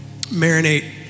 Marinate